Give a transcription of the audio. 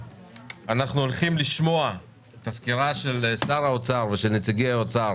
אנחנו הולכים לשמוע את הסקירה של שר האוצר ושל נציגי האוצר